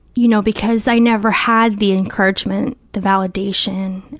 you know, because i never had the encouragement, the validation,